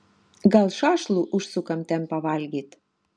gal šašlų užsukam ten pavalgyt